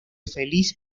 feliz